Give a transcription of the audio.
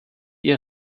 ihr